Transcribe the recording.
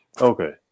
okay